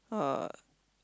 uh